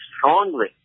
strongly